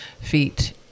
feet